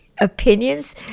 opinions